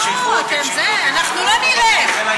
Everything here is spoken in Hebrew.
זה לא הוגן.